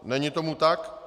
Není tomu tak.